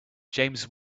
james